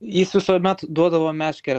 jis visuomet duodavo meškerę